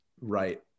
right